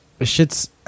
shit's